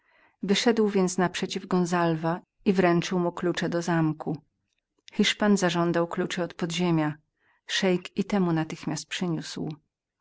wyszedł więc naprzeciw gonzalwa i wręczył mu klucze od zamku hiszpan zażądał kluczy od podziemia szeik i te mu natychmiast przyniósł